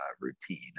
routine